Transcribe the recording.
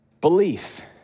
Belief